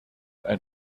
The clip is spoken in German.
ein